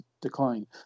decline